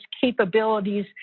capabilities